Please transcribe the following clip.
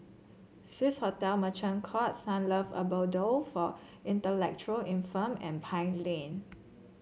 Swissotel Merchant Court Sunlove Abode for Intellectual Infirmed and Pine Lane